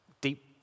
deep